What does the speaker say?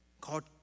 God